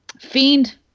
fiend